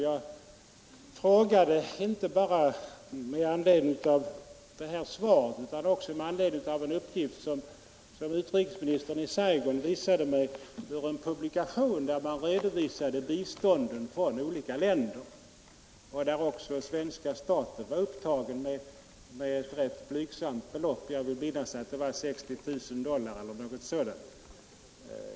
Jag frågade inte bara med anledning av det här svaret utan också med anledning av en uppgift som Saigonregeringens utrikesminister visade mig ur en publikation, där man redovisade bistånden från olika länder och där också svenska staten var upptagen med ett rätt blygsamt belopp — jag vill minnas att det var ungefär 60 000 dollar.